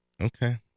Okay